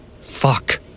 fuck